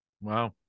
Wow